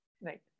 Right